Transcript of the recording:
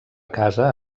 casa